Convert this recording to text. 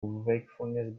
wakefulness